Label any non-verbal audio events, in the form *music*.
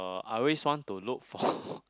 I always want to look *breath* for